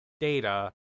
data